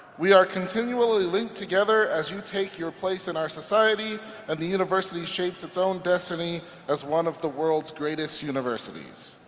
we are continually linked together as you take your place in our society and the university shapes it's own destiny as one of the world's greatest universities.